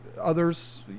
others